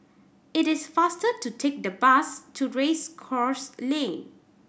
it is faster to take the bus to Race Course Lane